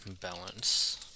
balance